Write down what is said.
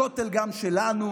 הכותל גם שלנו,